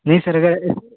नहीं सर अगर